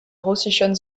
russischen